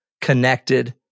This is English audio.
connected